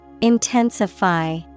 Intensify